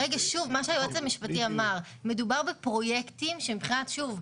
שוב מה שהיועץ המשפטי אמר מדובר בפרויקטים ששוב,